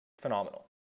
phenomenal